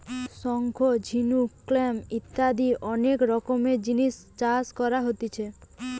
শঙ্খ, ঝিনুক, ক্ল্যাম ইত্যাদি অনেক রকমের জিনিস চাষ কোরা হচ্ছে